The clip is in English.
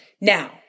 Now